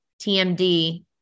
TMD